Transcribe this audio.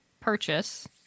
purchase